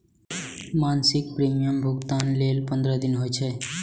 मासिक प्रीमियम भुगतान लेल पंद्रह दिन होइ छै